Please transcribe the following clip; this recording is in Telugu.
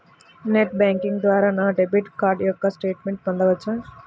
నెట్ బ్యాంకింగ్ ద్వారా నా డెబిట్ కార్డ్ యొక్క స్టేట్మెంట్ పొందవచ్చా?